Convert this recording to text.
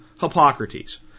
Hippocrates